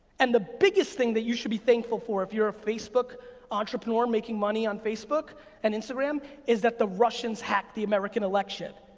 and the biggest thing that you should be thankful for if you're a facebook entrepreneur making money on facebook and instagram is that the russians hacked the american election,